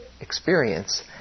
experience